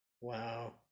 wow